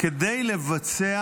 כדי לבצע